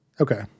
Okay